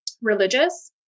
religious